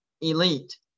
elite